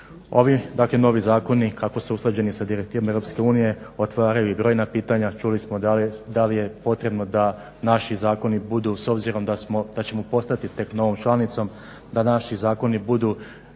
Ovi novi zakoni kako su usklađeni sa direktivom EU otvaraju brojna pitanja. Čuli smo da li je potrebno da naši zakoni budu s obzirom da ćemo tek postati novom članicom, da naši zakoni budu